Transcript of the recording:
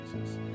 Jesus